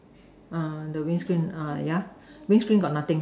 uh the windscreen uh ya windscreen got nothing